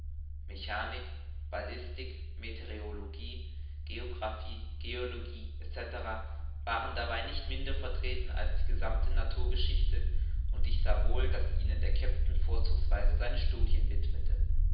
mechanik ballistik meteorologie geographie geologie etc waren dabei nicht minder vertreten als die gesammte naturgeschichte und ich sah wohl daß ihnen der kapitän vorzugsweise seine studien widmete